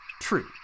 true